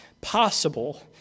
possible